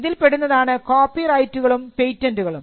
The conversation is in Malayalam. ഇതിൽ പെടുന്നതാണ് കോപ്പിറൈറ്റുകളും പേറ്റന്റുകളും